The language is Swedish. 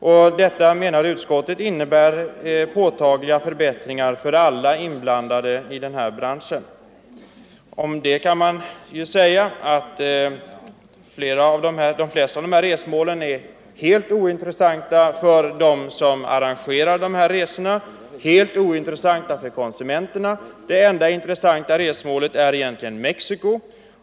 Utskottet menar att detta innebär påtagliga förbättringar för alla i den här branschen inblandade. Om det kan man säga att de flesta av dessa resmål är helt ointressanta — Nr 125 för dem som arrangerar resorna och helt ointressanta för konsumenterna. Onsdagen den Det enda intressanta resmålet är egentligen Mexico.